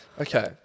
Okay